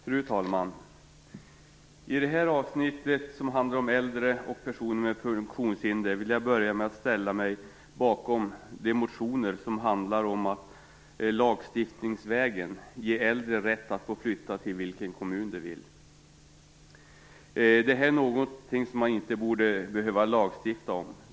Fru talman! I det här avsnittet, som handlar om äldre och personer med funktionshinder, vill jag börja med att ställa mig bakom de motioner som handlar om att lagstiftningsvägen ge äldre rätt att få flytta till vilken kommun de vill. Det här är någonting som man inte borde behöva lagstifta om.